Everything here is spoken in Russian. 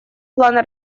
плана